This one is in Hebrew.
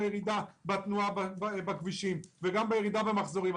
ירידה בתנועות כרטיסי האשראי וגם ירידה במחזורים.